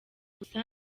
gusa